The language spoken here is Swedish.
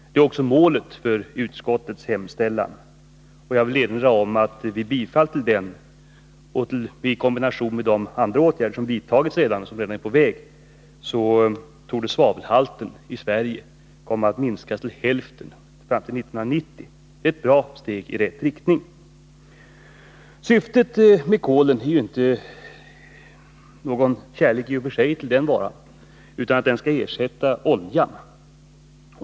Detta är också målet för utskottets hemställan, och jag vill erinra om att vid bifall till denna — i kombination med de åtgärder som redan vidtagits — torde svavelhalten i Sverige komma att minska till hälften fram till 1990. Det är ett bra steg i rätt riktning. Att vi skall använda kol beror i och för sig inte på någon kärlek till den varan, utan syftet är att den skall ersätta oljan.